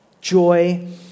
Joy